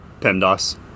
PEMDOS